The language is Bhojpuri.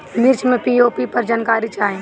मिर्च मे पी.ओ.पी पर जानकारी चाही?